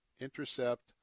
intercept